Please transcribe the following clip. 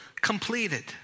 completed